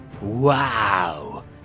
Wow